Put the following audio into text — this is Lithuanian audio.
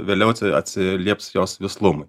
vėliau atsilieps jos vislumui